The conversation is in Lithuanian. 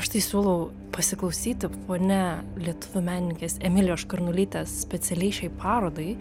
aš tai siūlau pasiklausyti fone lietuvių menininkės emilijos škarnulytės specialiai šiai parodai